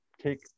take